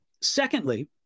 Secondly